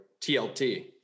TLT